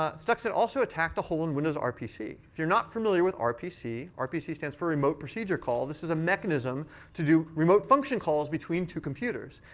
ah stuxnet also attacked the hole in windows rpc. if you're not familiar with rpc, rpc rpc stands for remote procedure call. this is a mechanism to do remote function calls between two computers.